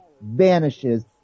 vanishes